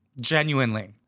Genuinely